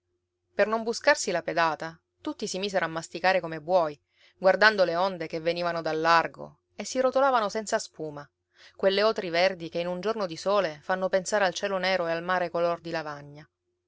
per non buscarsi la pedata tutti si misero a masticare come buoi guardando le onde che venivano dal largo e si rotolavano senza spuma quelle otri verdi che in un giorno di sole fanno pensare al cielo nero e al mare color di lavagna